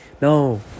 no